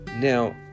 Now